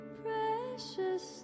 precious